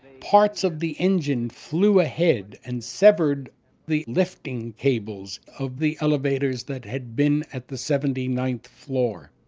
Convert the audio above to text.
parts of the engine flew ahead and severed the lifting cables of the elevators that had been at the seventy ninth floor.